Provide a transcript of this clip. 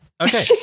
okay